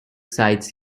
sites